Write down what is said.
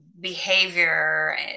behavior